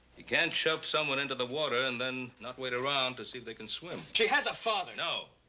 you can't shove someone into the water and then not wait around to see if they can swim. she has a father! no!